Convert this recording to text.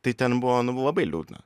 tai ten buvo nu labai liūdna